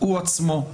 הוא עצמו,